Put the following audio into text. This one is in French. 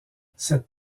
cette